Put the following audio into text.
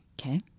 okay